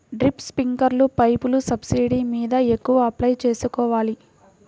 Drip, స్ప్రింకర్లు పైపులు subsidy మీద ఎక్కడ అప్లై చేసుకోవాలి?